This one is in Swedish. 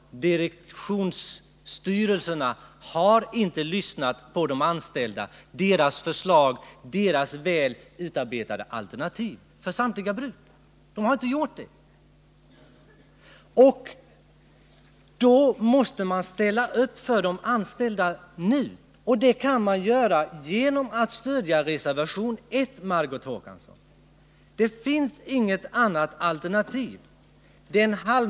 Direktionsstyrelserna har inte lyssnat på de anställda, som vid samtliga bruk har kommit med förslag och väl utarbetade alternativ. Dä för måste man ställa upp för de anställda nu. och det kan man göra genom att stödja reservation I. Margot Håkansson. Det finns inget annat alternativ.